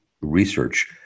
research